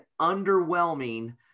underwhelming